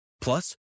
Plus